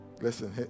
listen